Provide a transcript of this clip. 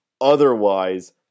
Otherwise